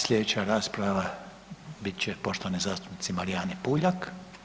Sljedeća rasprava bit će poštovane zastupnice Marijane Puljak.